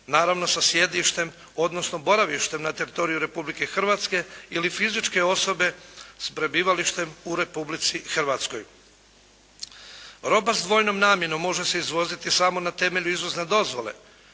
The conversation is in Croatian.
naravno sa sjedištem odnosno boravištem na teritoriju Republike Hrvatske ili fizičke osobe s prebivalištem u Republici Hrvatskoj. Roba s dvojnom namjenom može se izvoziti samo na temelju izvozne dozvole